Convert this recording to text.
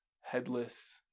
headless